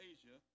Asia